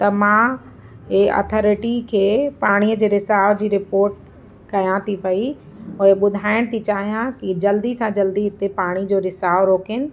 त मां ए अथोरिटी खे पाणीअ जे रिसाव जी रिपोर्ट कयां थी पई उहे ॿुधाइण थी चाहियां कि जल्दी सां जल्दी हिते पाणी जो रिसाव रोकीनि